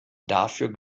dafür